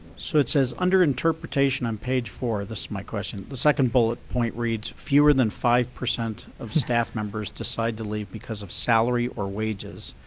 so it says under interpretation, on page four, this my question, the second bullet point reads fewer than five percent of staff members decide to leave because of salary or wages,